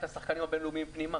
את השחקנים הבין-לאומיים פנימה,